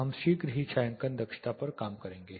हम शीघ्र ही छायांकन दक्षता पर काम करेंगे